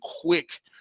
quick